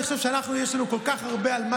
אני חושב שיש לנו כל כך הרבה על מה